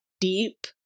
deep